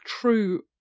true